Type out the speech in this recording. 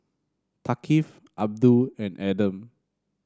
Thaqif Abdul and Adam